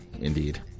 Indeed